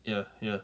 ya ya